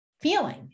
feeling